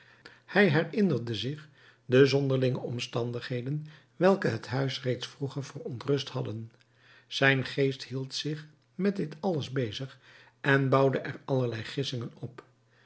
hij herinnerde zich de zonderlinge omstandigheden welke het huis reeds vroeger verontrust hadden zijn geest hield zich met dit alles bezig en bouwde er allerlei gissingen op